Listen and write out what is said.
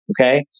Okay